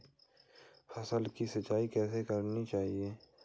फसल की सिंचाई कैसे करनी चाहिए?